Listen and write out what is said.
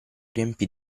riempì